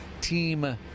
team